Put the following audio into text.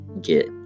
get